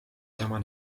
tema